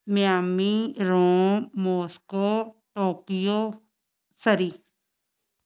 Miami Rome Moscow Tokyo Surrey